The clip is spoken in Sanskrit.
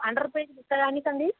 अण्ड्र पेज् पुस्तकानि सन्ति